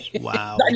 Wow